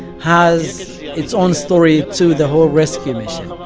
has its own story to the whole rescue mission.